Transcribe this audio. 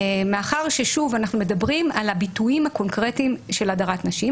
מאחר שאנחנו מדברים על הביטויים הקונקרטיים של הדרת נשים,